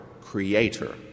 Creator